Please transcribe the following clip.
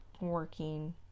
working